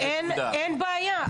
אין בעיה,